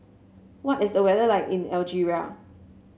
what is the weather like in Algeria